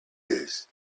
this